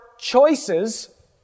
choices